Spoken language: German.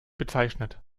bezeichnet